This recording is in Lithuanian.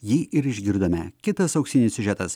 jį ir išgirdome kitas auksinis siužetas